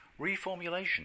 Reformulation